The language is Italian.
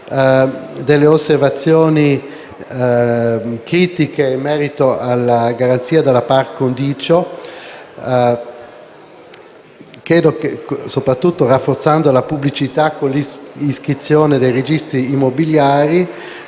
delle osservazioni critiche in merito alla garanzia della *par condicio*, soprattutto rafforzando la pubblicità, con l'iscrizione nei registri immobiliari,